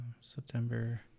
September